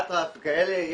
אטרף וכאלה.